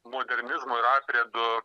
modernizmo ir aprėdu